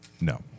No